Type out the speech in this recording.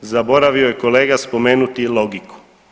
Zaboravio je kolega spomenuti i logiku.